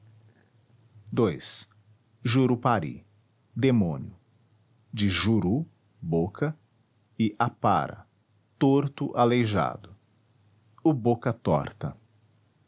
espírito ii jurupari demônio de juru boca e apara torto aleijado o boca torta